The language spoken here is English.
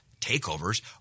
takeovers